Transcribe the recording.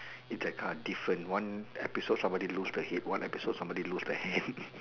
it's that kind of different one episode somebody lose their head one episode somebody lose their hand